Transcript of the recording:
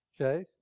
Okay